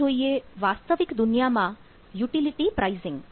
હવે જોઈએ વાસ્તવિક દુનિયામાં યુટીલીટી પ્રાઇસીંગ